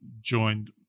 joined